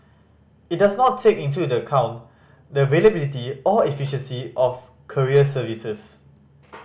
it does not take into the account the availability or efficiency of courier services